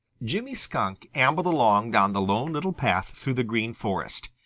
jimmy skunk ambled along down the lone little path through the green forest.